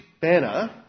banner